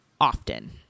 often